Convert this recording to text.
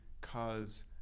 cause